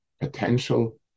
potential